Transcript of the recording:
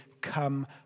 come